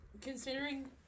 Considering